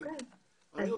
אם כן,